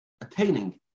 Attaining